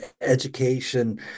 education